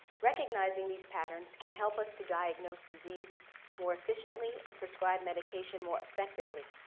recognizing these patterns can help us to diagnose disease more efficiently and prescribe medication more effectively.